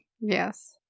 Yes